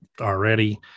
already